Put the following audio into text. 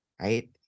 right